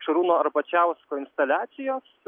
šarūno arbačiausko instaliacijos